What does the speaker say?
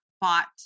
bought